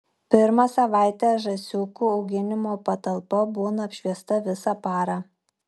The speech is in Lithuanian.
pirmą savaitę žąsiukų auginimo patalpa būna apšviesta visą parą